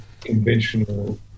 conventional